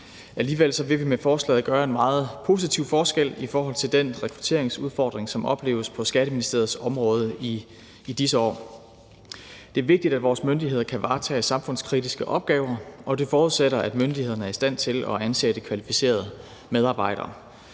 Alligevel vil vi med forslaget gøre en meget stor positiv forskel i forhold til den rekrutteringsudfordring, som opleves på Skatteministeriets område i disse år. Det er vigtigt, at vores myndigheder kan varetage samfundskritiske opgaver, og det forudsætter, at myndighederne er i stand til at ansætte kvalificerede medarbejdere.